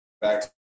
back